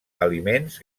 aliments